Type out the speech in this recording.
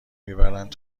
میبرند